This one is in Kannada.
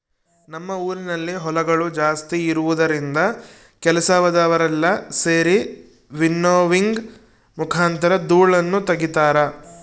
ನಮ್ಮ ಊರಿನಲ್ಲಿ ಹೊಲಗಳು ಜಾಸ್ತಿ ಇರುವುದರಿಂದ ಕೆಲಸದವರೆಲ್ಲ ಸೆರಿ ವಿನ್ನೋವಿಂಗ್ ಮುಖಾಂತರ ಧೂಳನ್ನು ತಗಿತಾರ